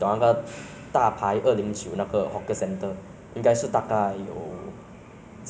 巨好吃 ah 完后他们不久后就退休了 mah 退休了过后就